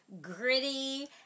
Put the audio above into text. gritty